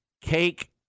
cake